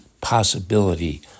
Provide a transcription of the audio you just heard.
possibility